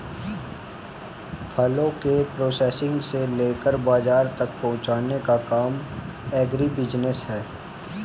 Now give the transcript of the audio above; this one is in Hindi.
फलों के प्रोसेसिंग से लेकर बाजार तक पहुंचने का काम एग्रीबिजनेस है